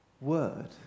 word